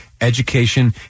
education